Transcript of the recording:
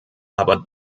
aber